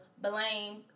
Blame